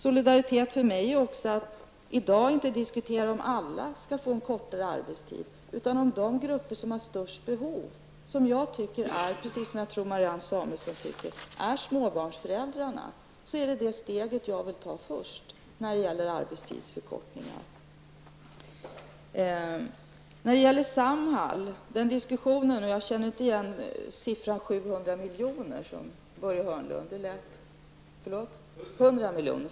Solidaritet är för mig att i dag inte diskutera om alla skall få en kortare arbetstid, utan att diskutera arbetstiden hos de grupper som har störst behov. Till de grupperna hör småbarnsföräldrarna -- och det tror jag att Marianne Samuelsson håller med mig om. Det är det steget jag vill ta först när det gäller arbetstidsförkortningar. När det gäller frågan om Samhall känner jag inte igen siffran 700 milj.kr., som Börje Hörnlund nämnde.